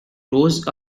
rose